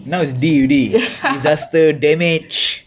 now it's D already disaster damage